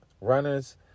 runners